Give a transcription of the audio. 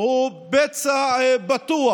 הוא פצע פתוח